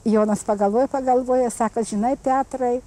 jonas pagalvojo pagalvojo sako žinai petrai